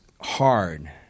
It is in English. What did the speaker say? hard